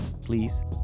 Please